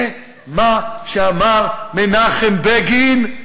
זה מה שאמר מנחם בגין.